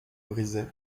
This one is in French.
brisé